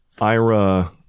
Ira